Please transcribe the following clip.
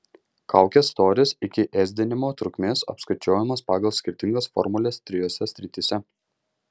kaukės storis iki ėsdinimo trukmės apskaičiuojamas pagal skirtingas formules trijose srityse